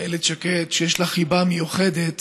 איילת שקד, שיש לה חיבה מיוחדת